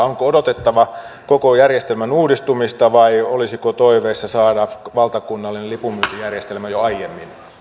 onko odotettava koko järjestelmän uudistumista vai olisiko toiveissa saada valtakunnallinen lipunmyyntijärjestelmä jo aiemmin